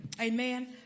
Amen